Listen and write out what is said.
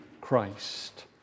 Christ